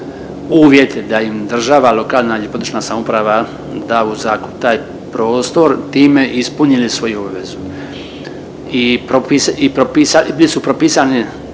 uvjete da im država, lokalna ili područna samouprava da u zakup taj prostor time ispunili svoju obvezu i propisali